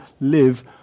live